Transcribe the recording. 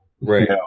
Right